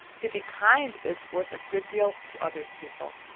to be kind is worth a good deal to other people.